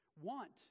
want